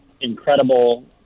incredible